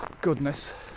goodness